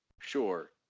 sure